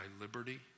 liberty